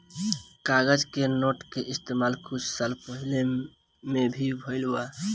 कागज के नोट के इस्तमाल कुछ साल पहिले में ही भईल बा